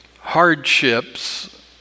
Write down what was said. hardships